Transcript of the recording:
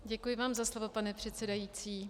Děkuji vám za slovo, pane předsedající.